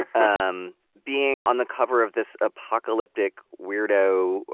um being on the cover of this apocalyptic, weirdo,